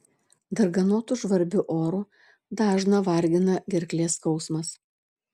darganotu žvarbiu oru dažną vargina gerklės skausmas